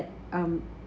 um